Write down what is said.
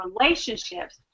relationships